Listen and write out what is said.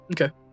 Okay